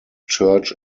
church